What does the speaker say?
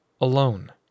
Alone